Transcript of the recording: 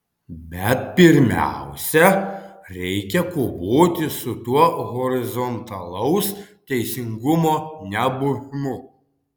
bet pirmiausia reikia kovoti su tuo horizontalaus teisingumo nebuvimu